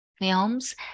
films